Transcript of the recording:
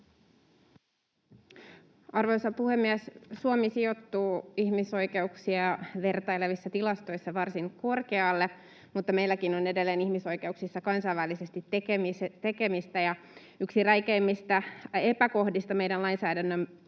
Arvoisa puhemies! Suomi sijoittuu ihmisoikeuksia vertailevissa tilastoissa varsin korkealle, mutta meilläkin on edelleen ihmisoikeuksissa kansainvälisesti tekemistä. Yksi räikeimmistä epäkohdista meidän lainsäädännössämme